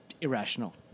irrational